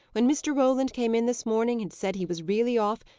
when mr. roland came in this morning, and said he was really off,